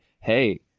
hey